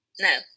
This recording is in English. No